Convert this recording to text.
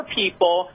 people